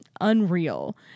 unreal